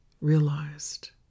realized